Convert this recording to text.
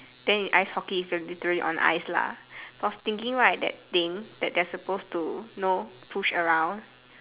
then in ice hockey is literally on ice lah so I was thinking right that thing you know that they're supposed to know push around